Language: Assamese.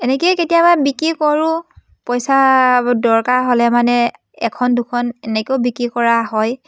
এনেকেই কেতিয়াবা বিক্ৰী কৰোঁ পইচা দৰকাৰ হ'লে মানে এখন দুখন এনেকেও বিক্ৰী কৰা হয়